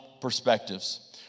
perspectives